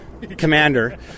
commander